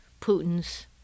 Putin's